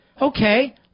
Okay